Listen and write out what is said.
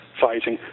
fighting